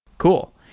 cool.